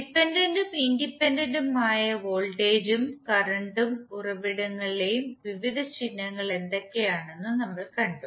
dependent ഉം independent ഉം ആയ വോൾടേജ്ൻറെഉം കറണ്ട്ൻറെ ഉം ഉറവിടങ്ങളുടെയും വിവിധ ചിഹ്നങ്ങൾ എന്തൊക്കെയാണെന്നും നമ്മൾ കണ്ടു